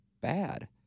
bad